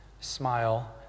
smile